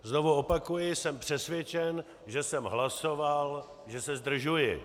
Znovu opakuji jsem přesvědčen, že jsem hlasoval, že se zdržuji.